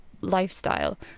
lifestyle